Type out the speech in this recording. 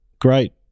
great